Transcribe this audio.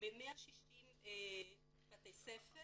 ב-160 בתי ספר